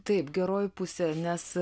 taip geroji pusė nes